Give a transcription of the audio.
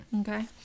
Okay